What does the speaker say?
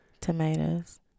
Tomatoes